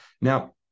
now